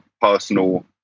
personal